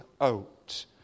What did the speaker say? out